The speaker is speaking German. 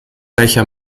welcher